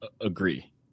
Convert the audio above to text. Agree